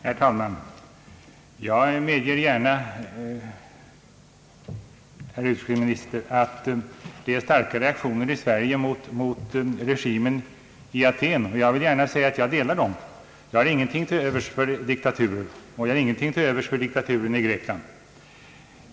Herr talman! Jag medger gärna, herr utrikesminister, att reaktionen i Sverige är stark mot regimen i Athén. Jag kan också säga, att jag delar den. Jag har ingenting till övers för diktaturer, och jag har ingenting till övers för diktaturen i Grekland.